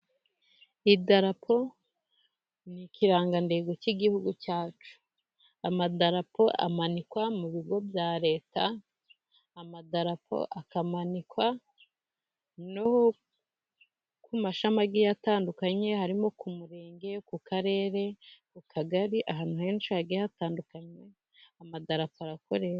Idarapo ni ikirangantego cy'igihugu cyacu, amadarapo amanikwa mu bigo bya leta, amadarapo akamanikwa no ku mashami agiye atandukanye, harimo ku murenge, ku karere, ku kagari ahantu henshi hagiye hatandukanwe amadarapo arakoreshwa.